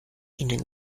ihnen